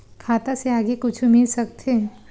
खाता से आगे कुछु मिल सकथे?